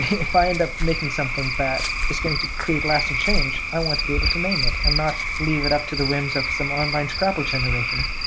if i end up making something that is going to create lasting change, i want to be able to name it and not leave it up to the whims of some online scrabble generator